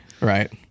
Right